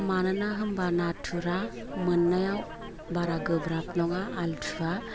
मानोना होमबा नाथुरा मोननायाव बारा गोब्राब नङा आल्थुवा